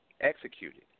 Executed